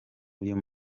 uyu